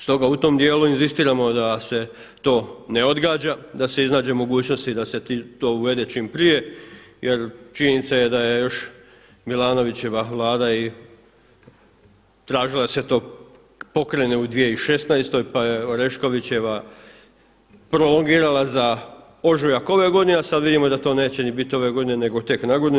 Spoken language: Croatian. Stoga u tom dijelu inzistiramo da se to ne odgađa, da se iznađe mogućnosti da se to uvede čim prije jer činjenica je da je još Milanovićeva Vlada tražila da se to pokrene u 2016. pa je Oreškovićeva prolongirala za ožujak ove godine a sada vidimo da to neće ni biti ove godine nego tek na godinu.